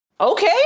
Okay